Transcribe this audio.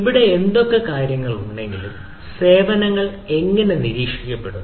അവിടെ എന്തൊക്കെ കാര്യങ്ങളുണ്ടെങ്കിലും സേവനങ്ങൾ എങ്ങനെ നിരീക്ഷിക്കപ്പെടുന്നു